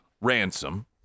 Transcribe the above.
ransom